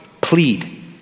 plead